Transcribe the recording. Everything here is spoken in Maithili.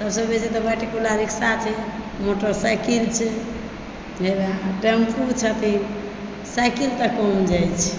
सबसँ बेसी तऽ बैट्रिवला रिक्शा छै मोटर साइकिल छै टेम्पो छथिन साइकिल तऽ कम जाइत छै